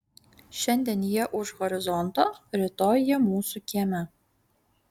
šiandien jie už horizonto rytoj jie mūsų kieme